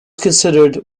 considered